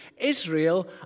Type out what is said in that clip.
Israel